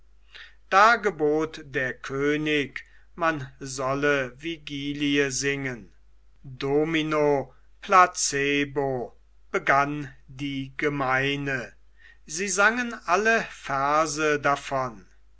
da gebot der könig man solle vigilie singen domino placebo begann die gemeine sie sangen alle verse davon